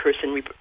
person